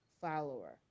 follower